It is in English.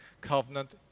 covenant